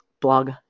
blog